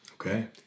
Okay